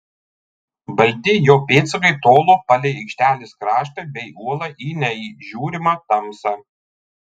balti jo pėdsakai tolo palei aikštelės kraštą bei uolą į neįžiūrimą tamsą